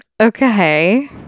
Okay